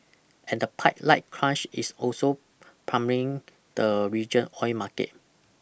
and the pipeline crunch is also pummelling the region oil market